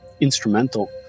instrumental